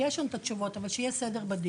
כי יש לנו את התשובות אבל כדי שיהיה סדר בדיון.